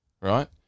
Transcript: right